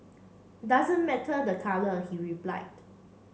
doesn't matter the colour he replied